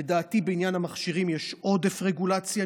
לדעתי בעניין המכשירים יש עודף רגולציה,